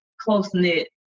close-knit